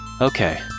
Okay